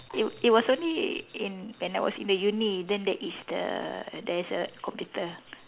it it was only in when I was in the uni then there is the there is the computer